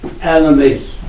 enemies